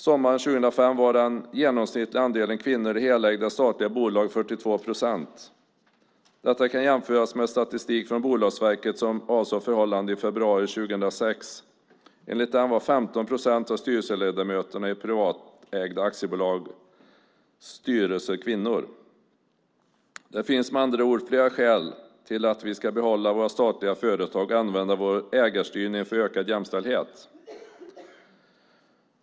Sommaren 2005 var den genomsnittliga andelen kvinnor i helägda statliga bolag 42 procent. Detta kan jämföras med statistik från Bolagsverket som avsåg förhållandena i februari 2006. Enligt den var 15 procent av styrelseledamöterna i privatägda aktiebolags styrelser kvinnor. Det finns med andra ord flera skäl till att vi ska behålla våra statliga företag och använda vår ägarstyrning för ökad jämställdhet.